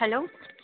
hello